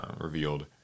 revealed